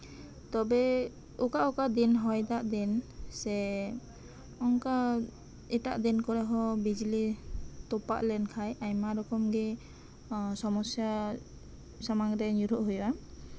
ᱛᱚᱵᱮ ᱚᱠᱟ ᱚᱠᱟ ᱫᱤᱱ ᱥᱮ ᱦᱚᱭ ᱫᱟᱜ ᱫᱤᱱ ᱮᱜ ᱮᱴᱟᱜ ᱫᱤᱱ ᱠᱚᱨᱮᱦᱚᱸ ᱵᱤᱡᱽᱞᱤ ᱛᱚᱯᱟᱜ ᱞᱮᱱᱠᱷᱟᱱ ᱟᱭᱢᱟ ᱨᱚᱠᱚᱢ ᱜᱮ ᱥᱚᱢᱚᱥᱥᱟ ᱥᱟᱢᱟᱝᱨᱮ ᱧᱩᱨᱦᱩᱜ ᱦᱩᱭᱩᱜᱼᱟ